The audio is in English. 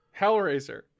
Hellraiser